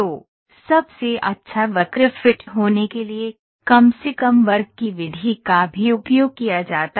तो सबसे अच्छा वक्र फिट होने के लिए कम से कम वर्ग की विधि का भी उपयोग किया जाता है